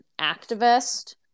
activist